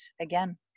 again